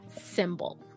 symbol